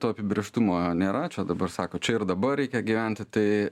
to apibrėžtumo nėra čia dabar sako čia ir dabar reikia gyventi tai